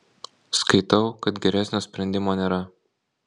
skaitau kad geresnio sprendimo nėra